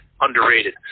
underrated